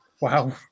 wow